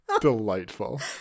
delightful